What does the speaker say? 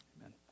Amen